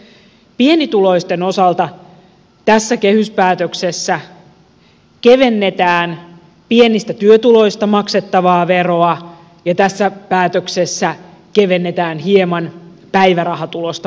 pienituloisten osalta tässä kehyspäätöksessä kevennetään pienistä työtuloista maksettavaa veroa ja tässä päätöksessä kevennetään hieman päivärahatulosta maksettavaa veroa